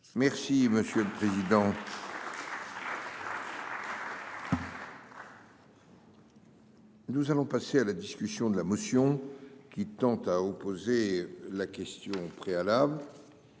Monsieur le Président. Nous allons passer à la discussion de la motion qui tente à opposer la question préalable.